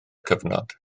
cyfnod